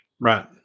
Right